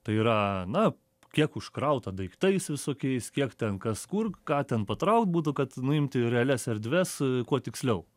tai yra na kiek užkrauta daiktais visokiais kiek ten kas kur ką ten patraukt būtų kad nuimti realias erdves kuo tiksliau